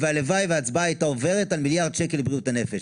הלוואי שההצבעה הייתה עוברת על מיליארד שקל לבריאות הנפש.